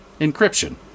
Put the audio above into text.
encryption